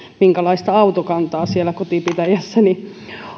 minkälaista autokantaa siellä kotipitäjässäni